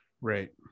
Right